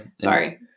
Sorry